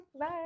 bye